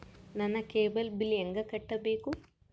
ನನ್ನ cable bill ಹೆಂಗ ಕಟ್ಟಬೇಕು?